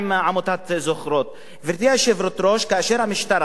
את הנרטיב השני,